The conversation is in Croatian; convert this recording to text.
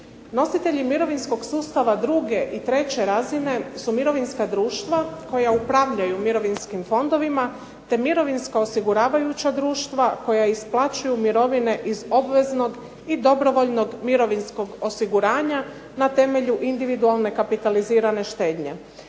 Nositelji mirovinskog sustava druge i treće razine su mirovinska društva koja upravljaju mirovinskim fondovima, te mirovinska osiguravajuća društva koja isplaćuju mirovine iz obveznog i dobrovoljnog mirovinskog osiguranja, na temelju individualne kapitalizirane štednje.